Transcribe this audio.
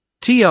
TR